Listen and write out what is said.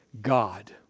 God